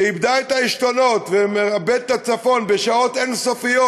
שאיבדה את העשתונות ומאבדת את הצפון בשעות אין-סופיות,